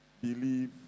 believe